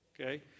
Okay